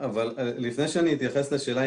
לפני שאני אתייחס לשאלה,